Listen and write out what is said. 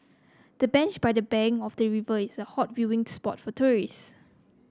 the bench by the bank of the river is a hot viewing spot for tourists